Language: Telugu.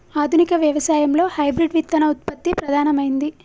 ఆధునిక వ్యవసాయం లో హైబ్రిడ్ విత్తన ఉత్పత్తి ప్రధానమైంది